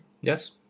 yes